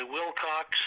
Wilcox